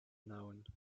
known